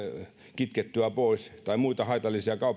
kitkettyä pois tai muita haitallisia